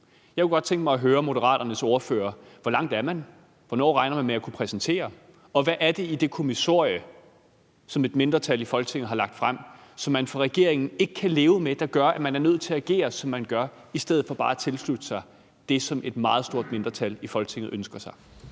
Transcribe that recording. Jeg kunne godt tænke mig at høre Moderaternes ordfører: Hvor langt er man? Hvornår regner man med at kunne præsentere noget? Og hvad er det i det kommissorie, som et mindretal i Folketinget har lagt frem, som man fra regeringens side ikke kan leve med, og som gør, at man er nødt til at agere, som man gør, i stedet for bare at tilslutte sig det, som et meget stort mindretal i Folketinget ønsker sig?